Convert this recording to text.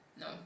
No